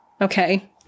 Okay